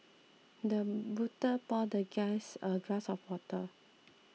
the butler poured the guest a glass of water